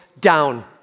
down